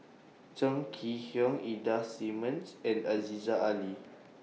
Chong Kee Hiong Ida Simmons and Aziza Ali